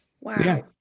Wow